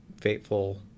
fateful